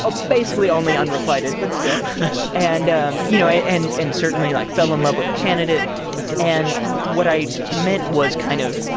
ah basically, only unrequited, but still and um you know, and and certainly, like, fell in love with a candidate and what i meant was kind of,